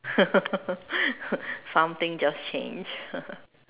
something just change